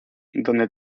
donde